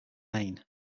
maine